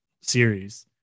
series